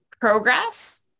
progress